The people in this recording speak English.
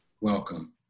Welcome